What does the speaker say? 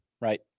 right